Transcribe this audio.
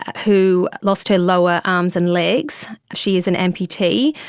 who lost her lower arms and legs, she is an amputee,